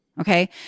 Okay